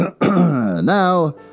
Now